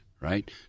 right